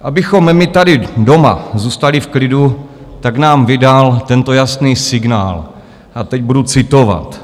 Abychom my tady doma zůstali v klidu, tak nám vydal tento jasný signál, a teď budu citovat: